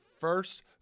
first